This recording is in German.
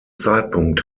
zeitpunkt